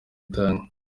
itanga